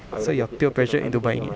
so you're peer pressured into buying it